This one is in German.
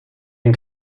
den